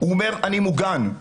הוא אומר שהוא מוגן אבל